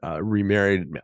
remarried